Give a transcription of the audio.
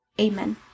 Amen